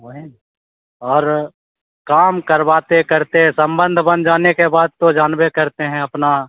वही न और काम करवाते करते संबंध बन जाने के बाद तो जानबे करते हैं अपना